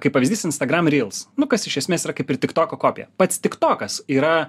kaip pavyzdys instagram reels nu kas iš esmės yra kaip ir tiktoko kopija pats tiktokas yra